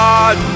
God